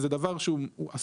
זה דבר אסור,